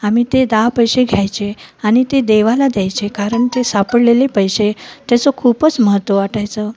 आ्ही ते दहा पैसे घ्यायचे आणि ते देवाला द्यायचे कारण ते सापडलेले पैसे त्याचं खूपच महत्त्व वाटायचं